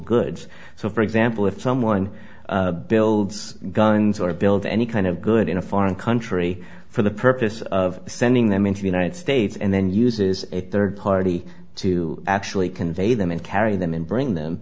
goods so for example if someone builds guns or build any kind of good in a foreign country for the purpose of sending them into the united states and then uses a third party to actually convey them and carry them and bring them